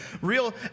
real